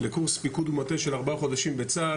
לקורס פיקוד ומטה של ארבעה חודשים בצה"ל.